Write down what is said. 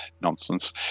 nonsense